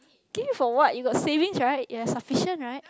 give me for what you got savings right you have sufficient right